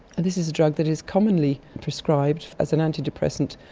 this is a drug that is commonly prescribed as an antidepressant,